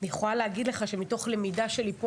אני יכולה להגיד לך שמתוך למידה שלי פה,